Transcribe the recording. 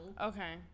Okay